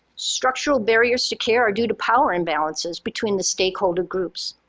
structural barriers to care are due to power imbalances between the stakeholder groups.